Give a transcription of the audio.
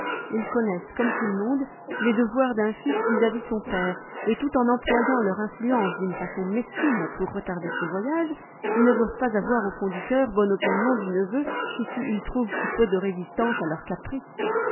ils connaissent comme tout le monde les devoirs d'un fils vis-à-vis son père et tout en employant leur influence d'une façon mesquine pour retarder ce voyage ils ne doivent pas avoir au fond du cœur bonne opinion du neveu chez qui il trouve si peu de résistance à leurs caprices